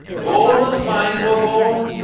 born as mine were born?